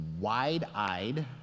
wide-eyed